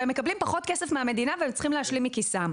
הם מקבלים פחות כסף מהמדינה והם צריכים להשלים מכיסם.